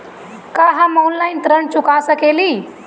का हम ऑनलाइन ऋण चुका सके ली?